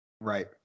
Right